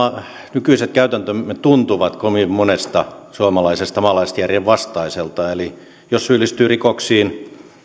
nykyiset käytäntömme tuntuvat kovin monesta suomalaisesta maalaisjärjen vastaisilta eli jos syyllistyy rikoksiin